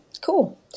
cool